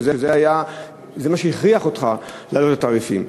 שזה מה שהכריח אותך להעלות את התעריפים,